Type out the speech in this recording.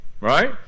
Right